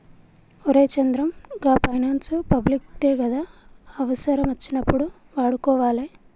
ఒరే చంద్రం, గా finance public దే గదా, అవుసరమచ్చినప్పుడు వాడుకోవాలె